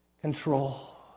control